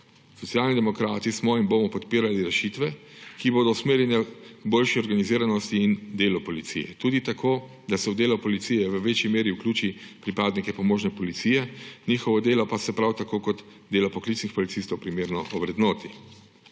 Socialni demokrati smo in bomo podpirali rešitve, ki bodo usmerjene v boljšo organiziranost in delo policije tudi tako, da se v delo policije v večji meri vključijo pripadniki pomožne policije, njihovo delo pa se prav tako kot dela poklicnih policistov primerno ovrednoti.